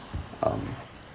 um